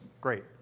great